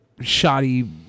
shoddy